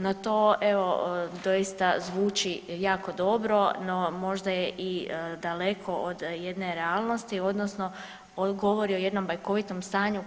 No, to evo doista zvuči jako dobro, no možda je i daleko od jedne realnosti odnosno govori o jednom bajkovitom stanju